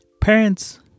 parents